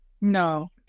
No